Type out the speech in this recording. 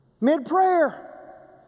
Mid-prayer